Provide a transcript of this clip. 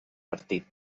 partit